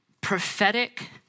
prophetic